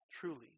truly